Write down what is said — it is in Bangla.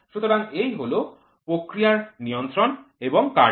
সুতরাং এই হল প্রক্রিয়ার নিয়ন্ত্রণ এবং কার্য